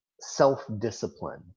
self-discipline